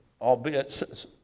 albeit